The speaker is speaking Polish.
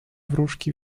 wróżki